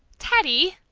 teddy!